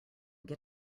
get